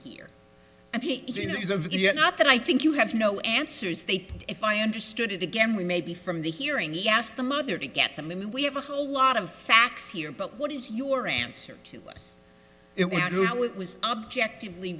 yet not that i think you have no answers they put if i understood it again we may be from the hearing yes the mother to get them in we have a whole lot of facts here but what is your answer it was objectively